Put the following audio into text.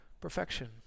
perfection